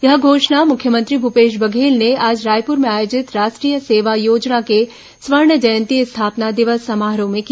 यह घोषणा मुख्यमंत्री भूपेश बघेल ने आज रायपुर में आयोजित राष्ट्रीय सेवा योजना के स्वर्ण जयंती स्थापना दिवस समारोह में की